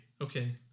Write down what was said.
okay